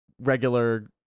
regular